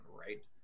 right